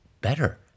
better